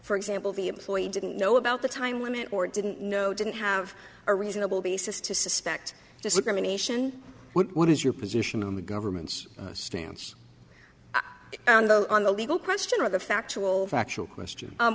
for example the employee didn't know about the time limit or didn't know didn't have a reasonable basis to suspect discrimination what is your position on the government's stance on the legal question or the factual factual question